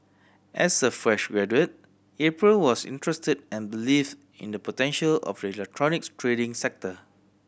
as a fresh graduate April was interested and believes in the potential of the electronics trading sector